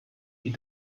die